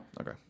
Okay